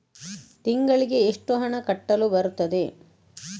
ತಿಂಗಳಿಗೆ ಎಷ್ಟು ಹಣ ಕಟ್ಟಲು ಬರುತ್ತದೆ?